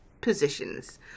positions